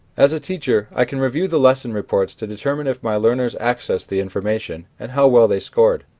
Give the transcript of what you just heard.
as a teacher, i can review the lesson reports to determine if my learners accessed the information and how well they scored.